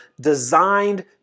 designed